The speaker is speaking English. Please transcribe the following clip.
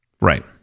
right